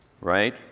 right